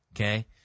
Okay